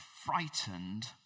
frightened